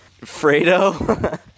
Fredo